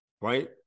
right